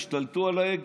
השתלטו על ההגה.